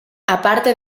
aparte